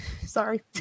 Sorry